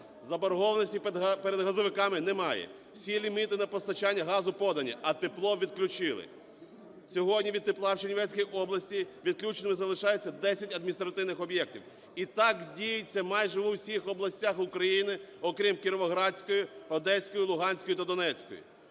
Заборгованості перед газовиками немає. Всі ліміти на постачання газу подані, а тепло відключили. Сьогодні від тепла в Чернівецькій області відключеними залишаються 10 адміністративних об'єктів. І так діється майже в усіх областях України, окрім Кіровоградської, Одеської, Луганської та Донецької.